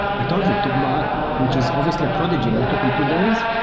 i told you, it took barak which is obviously a prodigy, but it took him two days.